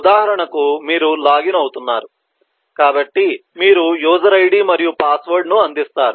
ఉదాహరణకు మీరు లాగిన్ అవుతున్నారు కాబట్టి మీరు యూజర్ ఐడి మరియు పాస్వర్డ్ ను అందిస్తారు